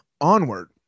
Onward